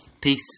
Peace